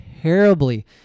terribly